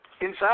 inside